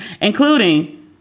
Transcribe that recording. including